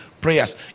prayers